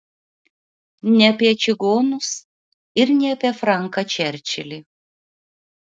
ne apie čigonus ir ne apie franką čerčilį